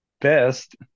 best